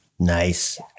Nice